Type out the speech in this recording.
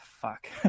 Fuck